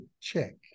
check